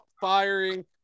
firing